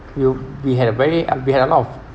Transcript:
you we had a very uh we had a lot of